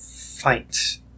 fight